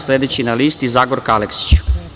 Sledeća na listi je Zagorka Aleksić.